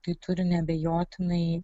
kai turim neabejotinai